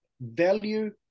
value